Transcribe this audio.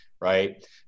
right